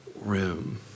room